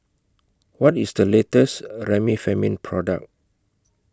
What IS The latest Remifemin Product